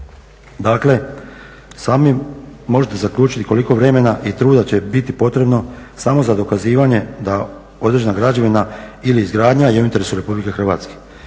Dakle, sami možete zaključiti koliko vremena i truda će biti potrebno samo za dokazivanje da određena građevina ili izgradnja je u interesu RH s tim da ne